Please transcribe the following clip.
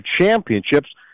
championships